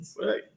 Right